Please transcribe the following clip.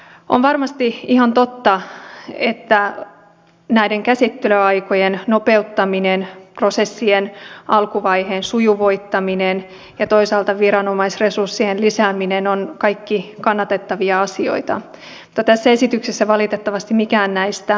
on varmasti ihan totta että näiden käsittelyaikojen nopeuttaminen prosessien alkuvaiheen sujuvoittaminen ja toisaalta viranomaisresurssien lisääminen ovat kaikki kannatettavia asioita mutta tässä esityksessä valitettavasti mikään näistä ei toteudu